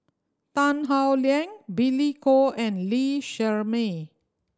Tan Howe Liang Billy Koh and Lee Shermay